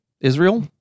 Israel